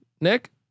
Nick